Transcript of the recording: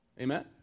Amen